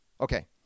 Okay